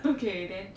okay then